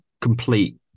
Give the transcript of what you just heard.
complete